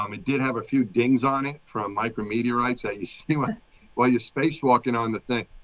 um it did have a few dings on it from micrometeorites that you so you want while you're spacewalking on the thing.